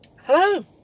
Hello